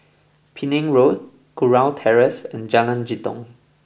Penang Road Kurau Terrace and Jalan Jitong